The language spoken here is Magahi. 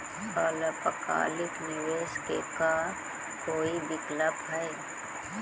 अल्पकालिक निवेश के का कोई विकल्प है?